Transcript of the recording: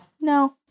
No